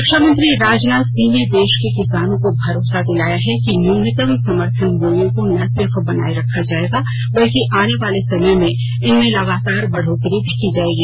रक्षामंत्री राजनाथ सिंह ने देश के किसानों को भरोसा दिलाया है कि न्यूनतम समर्थन मूल्यों को न सिर्फ बनाए रखा जाएगा बल्कि आने वाले समय में इनमें लगातार बढोतरी भी की जाएगी